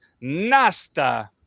Nasta